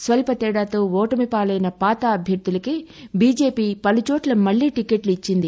స్వల్ప తేడాతో ఓటమి పాలయిన పాత అభ్యర్హలకే బిజెపి పలు చోట్ల మళ్ళీ టికెట్లు ఇచ్చింది